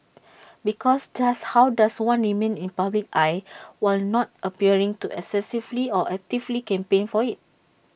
because just how does one remain in the public eye while not appearing to excessively or actively campaign for IT